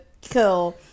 kill